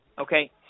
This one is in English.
Okay